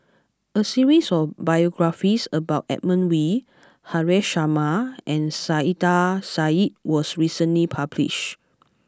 a series of biographies about Edmund Wee Haresh Sharma and Saiedah Said was recently published